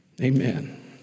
Amen